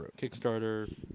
Kickstarter